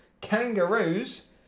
kangaroos